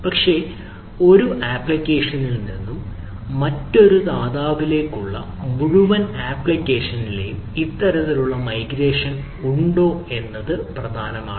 പക്ഷേ ഒരു അപ്ലിക്കേഷനിൽ നിന്നും മറ്റൊരു ദാതാവിലേക്കുള്ള മുഴുവൻ ആപ്ലിക്കേഷനിലെയും ഇത്തരത്തിലുള്ള മൈഗ്രേഷൻ ഉണ്ടോയെന്നത് പ്രധാനമാണ്